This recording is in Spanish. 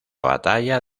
batalla